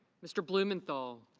mr. blumenthal.